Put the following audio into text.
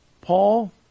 Paul